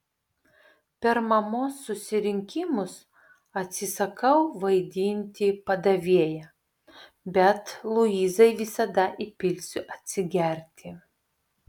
per mamos susirinkimus atsisakau vaidinti padavėją bet luizai visada įpilsiu atsigerti